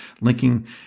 linking